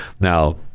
Now